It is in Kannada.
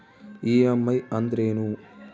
ಇ.ಎಮ್.ಐ ಅಂದ್ರೇನು?